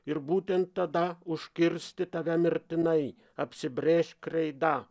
ir būtent tada užkirsti tave mirtinai apsibrėžk kreida